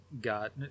got